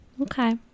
Okay